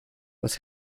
was